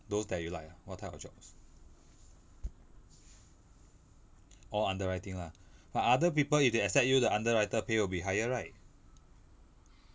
those that you like ah what type of jobs all underwriting lah but other people if they accept you the underwriter pay will be higher right